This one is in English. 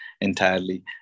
entirely